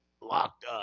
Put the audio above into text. locked